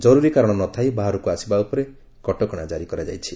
ଜରୁରୀ କାରଣ ନ ଥାଇ ବାହାରକୁ ଆସିବା ଉପରେ କଟକଶାକାରି କରାଯାଇଛି